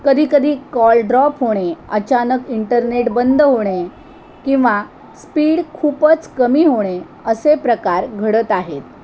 कधीकधी call drop होणे अचानक इंटरनेट बंद होणे किंवा स्पीड खूपच कमी होणे असे प्रकार घडत आहेत